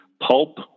pulp